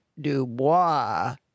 Dubois